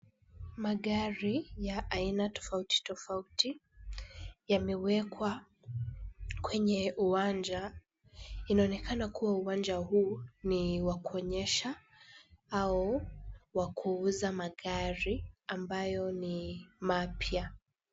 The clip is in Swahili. Magari ya aina tofauti tofauti yamewekwa kwenye uwanja. Inaonekana kuwa uwanja huu ni wa kuonyesha au wa kuuza magari ambayo ni mapya.